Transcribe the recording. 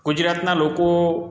ગુજરાતના લોકો